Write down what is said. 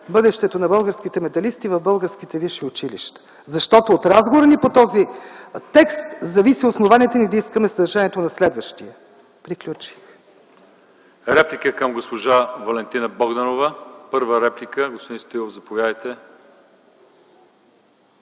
бъдещето на българските медалисти в българските висши училища. От разговора ни по този текст зависи основанието ни да искаме съдържанието на следващия. Приключих. ПРЕДСЕДАТЕЛ ЛЪЧЕЗАР ИВАНОВ: Реплики към госпожа Валентина Богданова? Първа реплика – господин Стоилов, заповядайте.